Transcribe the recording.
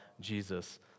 Jesus